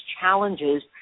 challenges